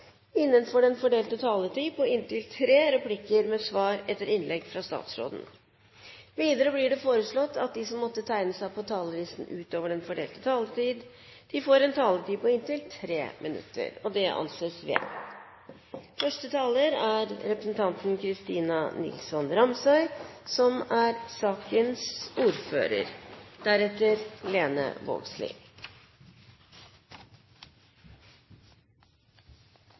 innenfor den fordelte taletid. Videre blir det foreslått at de som måtte tegne seg på talerlisten utover den fordelte taletid, får en taletid på inntil 3 minutter. – Det anses vedtatt. Saken vi behandler i dag, er et Dokument 8-forslag fra Kristelig Folkeparti om full fosterhjemsdekning innen 2013. En samlet komité er